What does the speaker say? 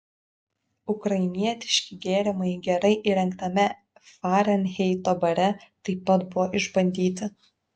ukrainietiški gėrimai gerai įrengtame farenheito bare taip pat buvo išbandyti